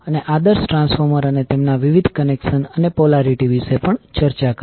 અને આદર્શ ટ્રાન્સફોર્મર અને તેમના વિવિધ કનેક્શન અને પોલારીટી વિશે પણ ચર્ચા કરી